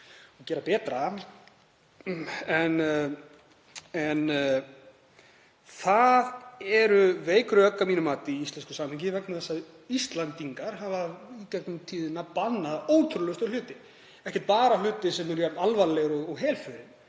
og gera betra. En það eru veik rök að mínu mati í íslensku samhengi vegna þess að Íslendingar hafa í gegnum tíðina bannað ótrúlegustu hluti, ekki bara hluti sem eru jafn alvarlegir og helförin.